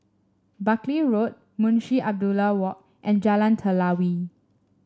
Buckley Road Munshi Abdullah Walk and Jalan Telawi